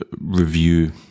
review